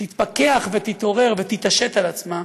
תתפכח ותתעורר ותתעשת על עצמה,